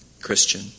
Christian